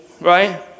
right